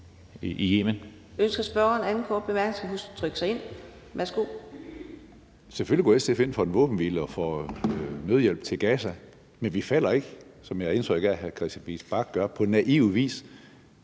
Selvfølgelig går SF ind for en våbenhvile og for nødhjælp til Gaza. Men vi falder ikke, som jeg har indtryk af at hr. Christian Friis Bach gør, på naiv vis